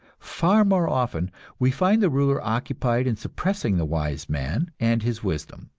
far more often we find the ruler occupied in suppressing the wise man and his wisdom.